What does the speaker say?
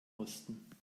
osten